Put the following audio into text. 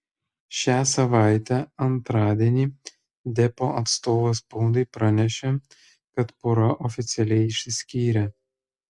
šią savaitę antradienį deppo atstovas spaudai pranešė kad pora oficialiai išsiskyrė